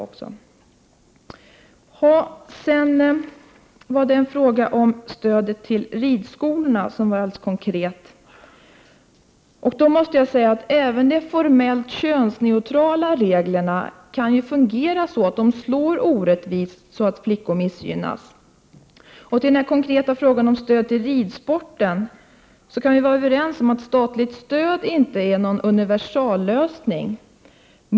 Sedan hade jag en konkret fråga om stödet till ridskolorna. Jag måste säga att även de formellt könsneutrala reglerna kan slå orättvist så att flickor missgynnas. Beträffande den konkreta frågan om stödet till ridsporten kan vi vara överens om att statligt stöd inte är någon universallösning.